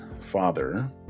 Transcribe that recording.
father